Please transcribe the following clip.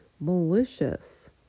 malicious